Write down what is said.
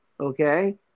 Okay